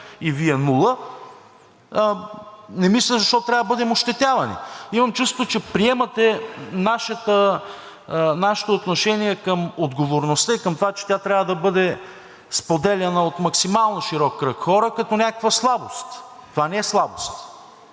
и Вие нула, не мисля защо трябва да бъдем ощетявани? Имам чувството, че приемате нашето отношение към отговорността и към това, че тя трябва да бъде споделяна от максимално широк кръг хора, като някаква слабост. Това не е слабост.